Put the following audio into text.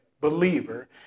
believer